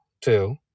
two